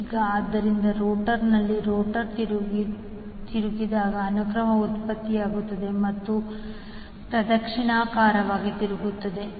ಈಗ ಆದ್ದರಿಂದ ರೋಟರ್ನಲ್ಲಿ ರೋಟರ್ ತಿರುಗಿದಾಗ ಅನುಕ್ರಮವು ಉತ್ಪತ್ತಿಯಾಗುತ್ತದೆ ಅದು ಪ್ರದಕ್ಷಿಣಾಕಾರವಾಗಿ ತಿರುಗುತ್ತದೆ